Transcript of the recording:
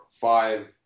Five